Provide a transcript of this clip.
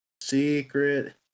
Secret